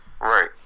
Right